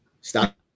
Stop